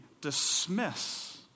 dismiss